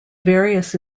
various